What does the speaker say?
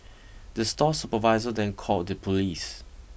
the store supervisor then called the police